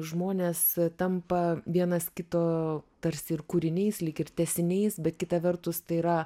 žmonės tampa vienas kito tarsi ir kūrinys lyg ir tęsinys bet kita vertus tai yra